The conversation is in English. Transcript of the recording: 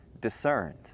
discerned